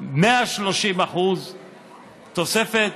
130% תוספת,